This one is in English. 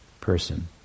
person